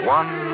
one